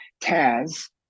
Taz